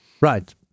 Right